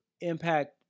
Impact